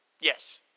Yes